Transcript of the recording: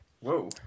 Whoa